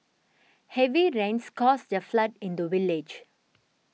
heavy rains caused a flood in the village